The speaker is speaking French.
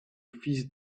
fils